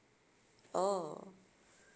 oh